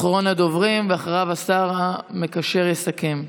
אחרון הדוברים, ואחריו, השר המקשר יסכם.